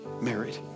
married